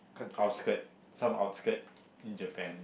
outskirt some outskirt in Japan